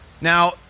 Now